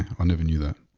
i never knew that